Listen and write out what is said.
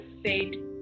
state